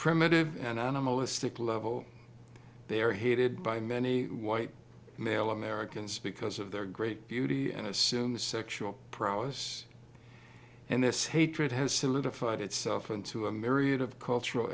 primitive and animalistic level they are hated by many white male americans because of their great beauty and assume the sexual prowess and this hatred has solidified itself into a myriad of cultural